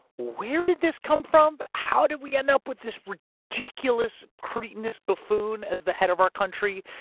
where did this come from? how did we end up with this ridiculous cretinous buffoon as the head of our country?